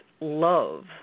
love